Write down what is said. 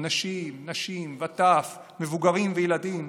אנשים, נשים וטף, מבוגרים וילדים,